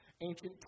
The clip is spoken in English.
ancient